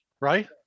right